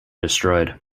destroyed